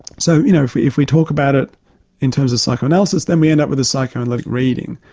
so you know if if we talk about it in terms of psychoanalysis, then we end up with a psychoanalytic reading,